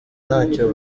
ntacyo